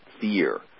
fear